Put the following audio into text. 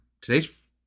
today's